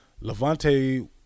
Levante